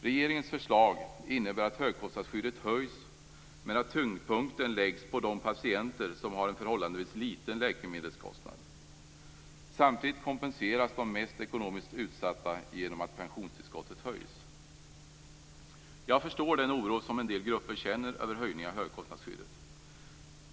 Regeringens förslag innebär att högkostnadsskyddet höjs men tyngdpunkten läggs på de patienter som har en förhållandevis liten läkemedelskostnad. Samtidigt kompenseras de mest ekonomiskt utsatta genom att pensionstillskottet höjs. Jag förstår den oro som en del grupper känner över höjningen av högkostnadsskyddet.